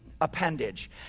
appendage